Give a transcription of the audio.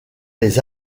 les